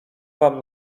wam